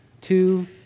two